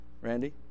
Randy